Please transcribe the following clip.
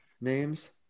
names